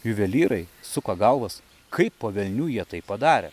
juvelyrai suka galvas kaip po velnių jie tai padarė